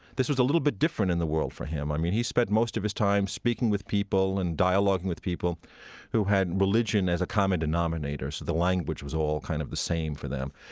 this was a little bit different in the world for him. i mean, he spent most of his time speaking with people and dialoguing with people who had and religion as a common denominator, so the language was all kind of the same for them.